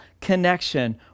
connection